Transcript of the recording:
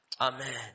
Amen